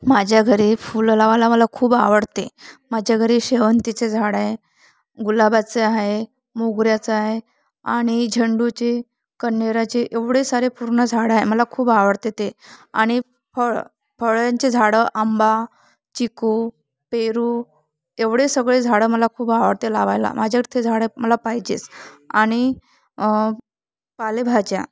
माझ्या घरी फुलं लावायला मला खूप आवडते माझ्या घरी शेवंतीचे झाड आहे गुलाबाचं आहे मोगऱ्याचं आहे आणि झेंडूचे कह्णेराचे एवढे सारे पूर्ण झाड आहे मला खूप आवडते ते आणि फळ फळांचे झाडं आंबा चिकू पेरू एवढे सगळे झाडं मला खूप आवडते लावायला माझ्याकडे ते झाडं मला पाहिजेच आणि पालेभाज्या